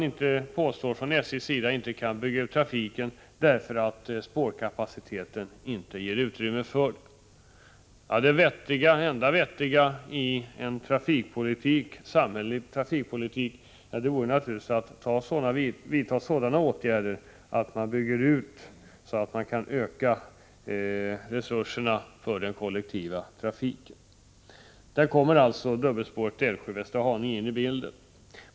SJ påstår att man inte kan bygga ut trafiken för att spårkapaciteten inte ger utrymme för detta. Det enda vettiga i en samhällelig trafikpolitik vore naturligtvis att vidta åtgärder för att bygga ut resurserna för den kollektiva trafiken. Där kommer alltså dubbelspåret Älvsjö-Västerhaninge in i bilden.